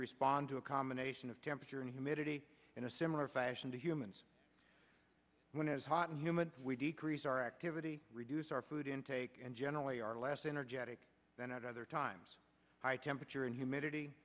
respond to a combination of temperature and humidity in a similar fashion to humans when it is hot and humid we decrease our activity reduce our food intake and generally are less energetic than at other times high temperature and humidity